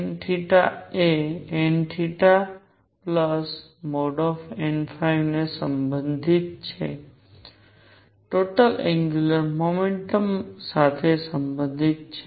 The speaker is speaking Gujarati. n એ nn ને સંબંધિત છે ટોટલ એંગ્યુંલર મોમેન્ટમ સાથે સંબંધિત છે